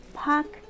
park